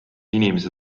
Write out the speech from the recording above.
inimeste